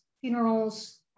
funerals